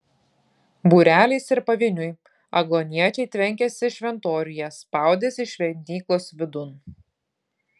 būreliais ir pavieniui agluoniečiai tvenkėsi šventoriuje spaudėsi šventyklos vidun